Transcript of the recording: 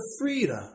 freedom